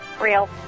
Real